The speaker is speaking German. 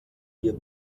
wir